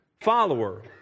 follower